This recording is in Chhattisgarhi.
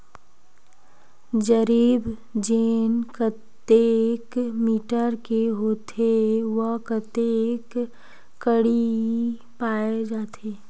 जरीब चेन कतेक मीटर के होथे व कतेक कडी पाए जाथे?